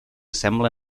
sembla